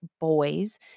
boys